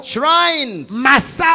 Shrines